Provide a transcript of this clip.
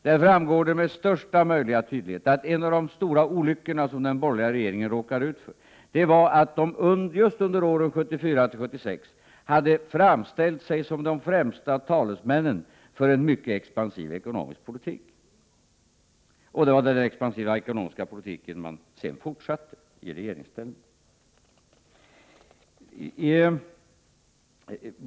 Där framgår det med största möjliga tydlighet att en av de stora olyckorna som de borgerliga partier, som senare bildade regering, råkade ut för var att de just under åren 1974-1976 hade framställt sig som de främsta talesmännen för en mycket expansiv ekonomisk politik, och det var den expansiva ekonomiska politiken som de sedan förde i regeringsställning.